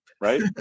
right